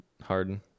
harden